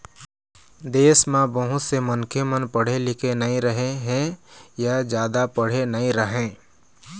देश म बहुत से मनखे मन पढ़े लिखे नइ हे य जादा पढ़े नइ रहँय